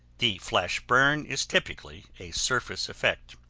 the flash burn is typically a surface effect.